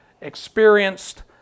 experienced